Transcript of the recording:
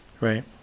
Right